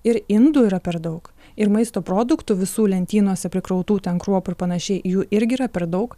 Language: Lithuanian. ir indų yra per daug ir maisto produktų visų lentynose prikrautų ten kruopų ir panašiai jų irgi yra per daug